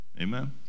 Amen